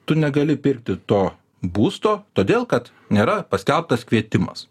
tu negali pirkti to būsto todėl kad nėra paskelbtas kvietimas